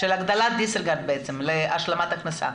בעצם של הגדלת דיס-ריגרד להשלמת הכנסה?